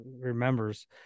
remembers